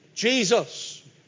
Jesus